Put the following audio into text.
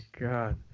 god